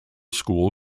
school